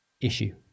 issue